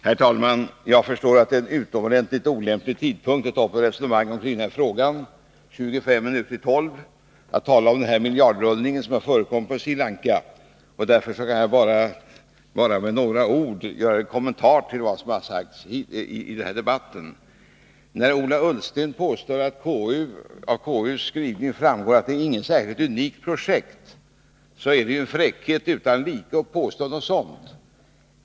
Herr talman! Jag förstår att det är en utomordentligt olämplig tidpunkt för att ta upp ett resonemang i den här frågan när klockan är 25 minuter i 12 — att tala om den miljardrullning som förekommit på Sri Lanka. Men jag vill med några ord kommentera vad som har sagts i debatten. Ola Ullsten påstod att det av konstitutionsutskottets skrivning framgår att det inte är något särskilt unikt projekt. Det är en fräckhet utan like att påstå något sådant.